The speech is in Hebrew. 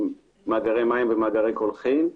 מאגרי מים ומאגרי קולחין,